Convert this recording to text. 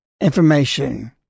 information